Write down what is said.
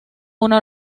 una